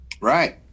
Right